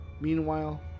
Meanwhile